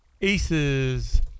Aces